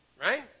Right